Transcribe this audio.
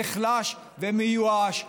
נחלש ומיואש,